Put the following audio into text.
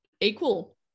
equal